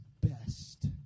best